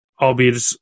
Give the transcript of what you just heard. Albeit